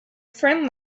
friend